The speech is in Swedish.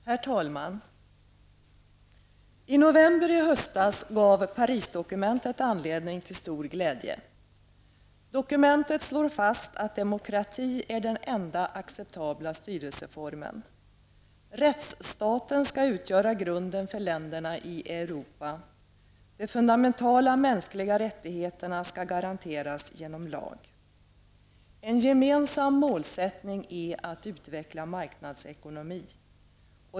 Herr talman! I november i höstas gav Parisdokumentet anledning till stor glädje. Dokumentet slår fast att demokrati är den enda acceptabla styrelseformen. Rättsstaten skall utgöra grunden för länderna i Europa. De fundamentala mänskliga rättigheterna skall garanteras genom lag. En gemensam målsättning är att utveckla marknadsekonomin.